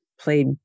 played